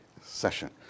session